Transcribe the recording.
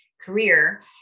career